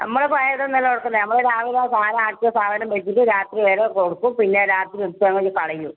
നമ്മൾ പഴയതൊന്നുമല്ല കൊടുക്കുന്നത് നമ്മൾ രാവിലെ സാധനം ആക്കിയാൽ സാധനം വെച്ചിട്ട് രാത്രി വെരെ കൊടുക്കും പിന്നെ രാത്രി മിച്ചമുണ്ടെങ്കിൽ കളയും